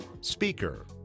speaker